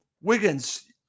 Wiggins